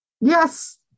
Yes